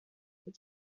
the